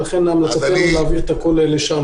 ולכן המלצתנו להעביר הכול לשם.